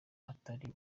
atari